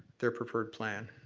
their preferred plan.